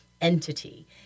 entity